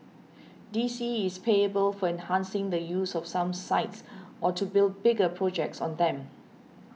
D C is payable for enhancing the use of some sites or to build bigger projects on them